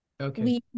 Okay